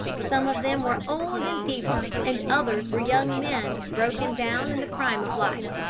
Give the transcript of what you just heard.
some of them were old and feeble, and others were young men, broken down in the prime of life.